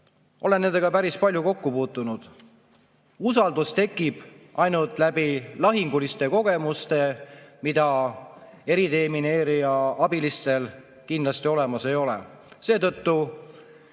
olen nendega päris palju kokku puutunud. Usaldus tekib ainult lahingukogemustega, mida eridemineerija abilistel kindlasti ei ole. Seetõttu